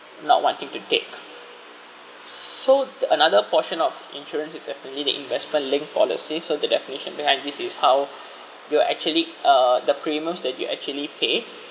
not wanting to take so the another portion of insurance it definitely the investment linked policies so the definition behind this is how you will actually uh the premiums that you actually pay